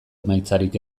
emaitzarik